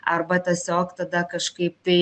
arba tiesiog tada kažkaip tai